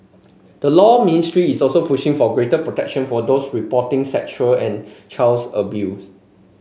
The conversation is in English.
the Law Ministry is also pushing for greater protection for those reporting sexual and child's abuse